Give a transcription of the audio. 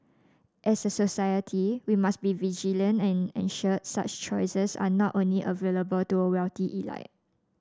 as a society we must be vigilant and ensure such choices are not only available to a wealthy elite